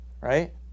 Right